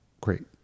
great